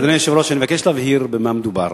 אדוני היושב-ראש, אני מבקש להבהיר במה מדובר.